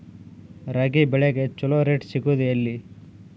ರಾಗಿ ಬೆಳೆಗೆ ಛಲೋ ರೇಟ್ ಸಿಗುದ ಎಲ್ಲಿ?